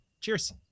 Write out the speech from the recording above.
cheers